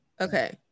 Okay